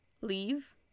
Leave